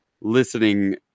listening